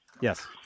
Yes